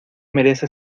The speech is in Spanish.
merece